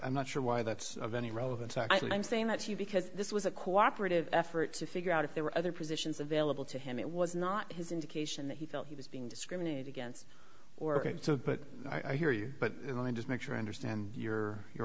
i'm not sure why that's of any relevance actually i'm saying that to you because this was a cooperative effort to figure out if there were other positions available to him it was not his indication that he felt he was being discriminated against or so but i hear you but you know i just make sure i understand your your